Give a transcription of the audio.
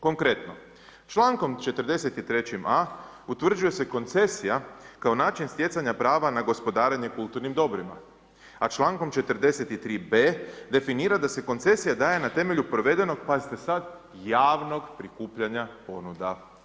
Konkretno, čl. 43. a. utvrđuje se koncesija kao način stjecanja prava na gospodarenje kulturnim dobrima, a čl. 43. b. definira da se koncesija daje na temelju provedenog, pazite sad, javnog prikupljanja ponuda.